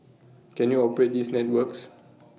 can you operate these networks